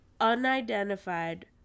unidentified